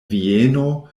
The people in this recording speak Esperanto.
vieno